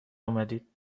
آمدید